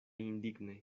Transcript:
indigne